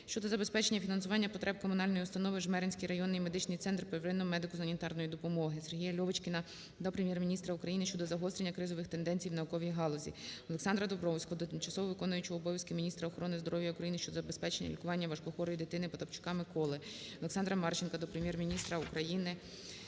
щодо забезпечення фінансування потреб комунальної установи "Жмеринський районний медичний центр первинної медико-санітарної допомоги". СергіяЛьовочкіна до Прем'єр-міністра України щодо загострення кризових тенденцій у науковій галузі. Олександра Домбровського до тимчасово виконуючої обов'язки міністра охорони здоров'я України щодо забезпечення лікування важкохворої дитиниПотапчука Миколи. Олександра Марченка до Прем'єр-міністра України,